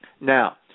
Now